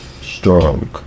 Strong